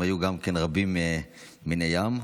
הם היו רבים מני ים,